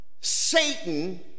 Satan